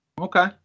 Okay